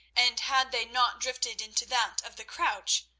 and had they not drifted into that of the crouch,